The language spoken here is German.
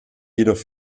jedoch